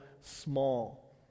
small